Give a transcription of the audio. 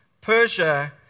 Persia